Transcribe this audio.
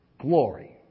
glory